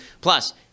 Plus